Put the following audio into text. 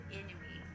enemy